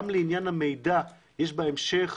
גם לעניין המידע, יש בהמשך